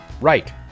right